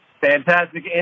Fantastic